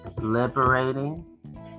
liberating